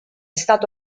stato